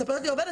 מספרת לי עובדת,